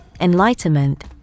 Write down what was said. enlightenment